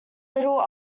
little